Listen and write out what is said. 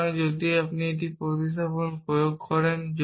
সুতরাং যদি আমি এর প্রতিস্থাপন প্রয়োগ করি